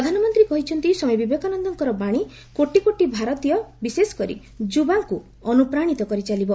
ପ୍ରଧାନମନ୍ତ୍ରୀ କହିଛନ୍ତି ସ୍ୱାମୀ ବିବେକାନନ୍ଦଙ୍କର ବାଣୀ କୋଟିକୋଟି ଭାରତୀୟ ବିଶେଷକରି ଯୁବାଙ୍କୁ ଅନୁପ୍ରାଣୀତ କରିଚାଲିବ